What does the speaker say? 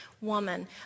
woman